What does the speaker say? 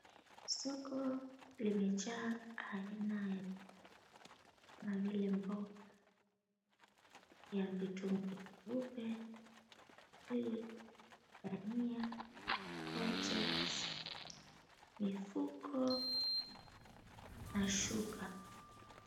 Sokon limejaa aina ya bidhaa kama vile mboga vya vitunguu vyeupe, hili dhania, kojet , mifuko na shuka.